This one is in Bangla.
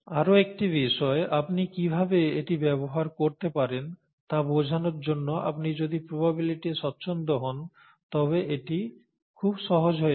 আরও একটি বিষয় আপনি কিভাবে এটি ব্যবহার করতে পারেন তা বোঝানোর জন্য আপনি যদি প্রবাবিলিটিতে স্বচ্ছন্দ হন তবে এটি খুব সহজ হয়ে যায়